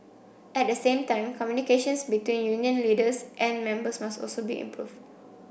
at the same time communications between union leaders and members must also be improved